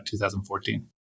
2014